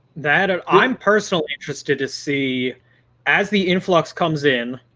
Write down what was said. that ah i'm personally interested to see as the influx comes in